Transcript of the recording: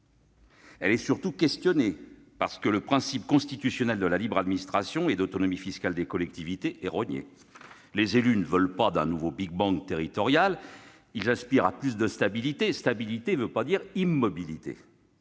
Elle est surtout questionnée, parce que le principe constitutionnel de libre administration et d'autonomie fiscale des collectivités est rogné. Les élus ne veulent pas d'un nouveau big-bang territorial. Ils aspirent à plus de stabilité- ce qui ne veut pas dire qu'ils